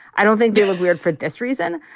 i don't think they look weird for this reason.